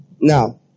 Now